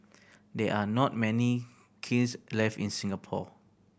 there are not many kilns left in Singapore